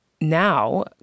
now